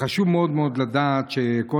וחשוב מאוד מאוד לדעת שכל